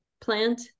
plant